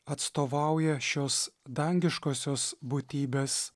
atstovauja šios dangiškosios būtybės